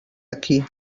aquí